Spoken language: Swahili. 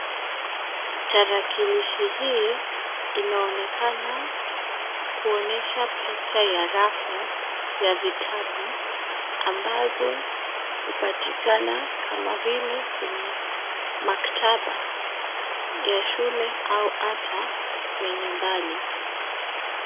Tarakilishi hii inaonekana kuonesha picha ya rafu ya vitabu ambazo hupatikana kama vile kwenye maktaba ya shule au ata ya nyumbani.